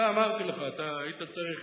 אמרתי לך: אתה היית צריך